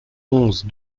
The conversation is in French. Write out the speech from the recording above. onze